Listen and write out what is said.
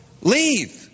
leave